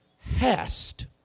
hast